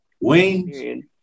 wings